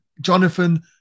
Jonathan